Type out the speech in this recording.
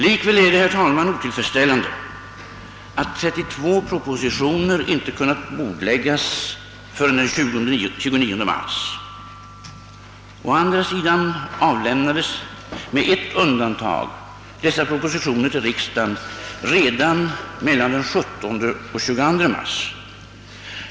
Likväl är det otillfredsställande att 32 propositioner inte kunnat bordläggas förrän den 29 mars. Å andra sidan avlämnades med ett undantag dessa propositioner till riksdagen redan mellan den 17 och den 22 mars.